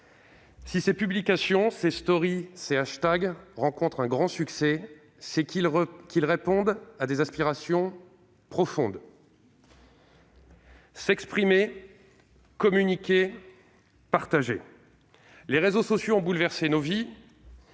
Si ces publications, ces, ces rencontrent un grand succès, c'est qu'ils répondent à des aspirations profondes : s'exprimer, communiquer, partager. Les réseaux sociaux ont bouleversé nos vies,